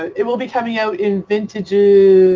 ah it will be coming out in vintages,